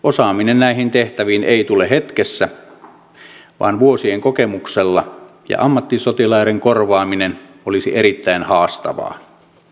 osaaminen näihin tehtäviin ei tule hetkessä vaan vuosien kokemuksella ja ammattisotilaiden korvaaminen olisi erittäin haastavaa